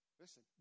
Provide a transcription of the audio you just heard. listen